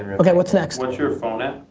ah okay, what's next? what's your phone at?